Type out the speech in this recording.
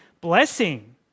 blessing